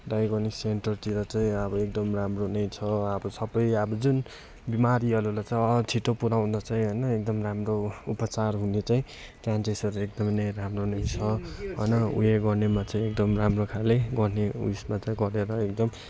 diagnosis सेन्टरतिर चाहिँ अब एकदम राम्रो नै छ अब सबै अब जुन बिमारीहरूलाई अँ छिट्टो पुऱ्याउँदा चाहिँ होइन एकदम राम्रो उपचार हुने चाहिँ चान्सेसहरू एकदमै नै राम्रो नै छ होइन उयो गर्नेमा चाहिँ एकदम राम्रो खाले गर्ने उइस मात्र गरेर एकदम